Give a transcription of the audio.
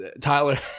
Tyler